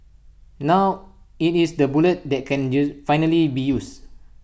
now IT is the bullet that can finally be used